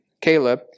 Caleb